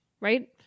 Right